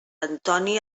antoni